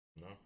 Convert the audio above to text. No